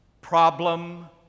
problem